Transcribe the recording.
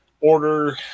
order